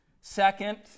Second